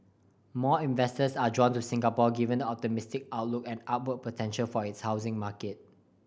more investors are drawn to Singapore given optimistic outlook and upward potential for its housing market